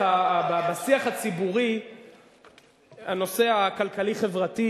בשיח הציבורי הנושא הכלכלי-חברתי